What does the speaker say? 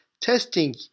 testing